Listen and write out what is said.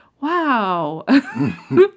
wow